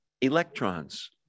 electrons